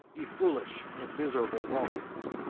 ye foolish and miserable romans,